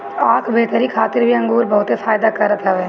आँख बेहतरी खातिर भी अंगूर बहुते फायदा करत हवे